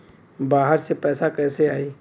बाहर से पैसा कैसे आई?